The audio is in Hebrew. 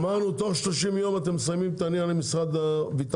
אמרנו שתוך 30 יום אתם מסיימים את זה עם משרד הביטחון?